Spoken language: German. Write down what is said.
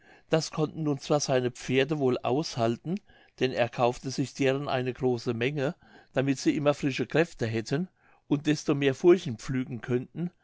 das konnten nun zwar seine pferde wohl aushalten denn er kaufte sich deren eine große menge damit sie immer frische kräfte hätten und desto mehr furchen pflügen könnten